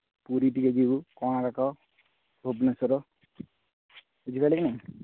ପୁରୀ ଟିକିଏ ଯିବୁ କୋଣାର୍କ ଭୁବନେଶ୍ୱର ବୁଝିପାରିଲେ କି ନାହିଁ